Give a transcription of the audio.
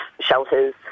shelters